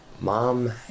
mom